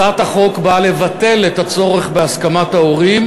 הצעת החוק באה לבטל את הצורך בהסכמת ההורים,